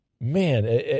man